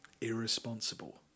irresponsible